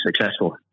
successful